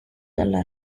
dalla